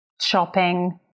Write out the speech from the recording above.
shopping